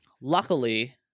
luckily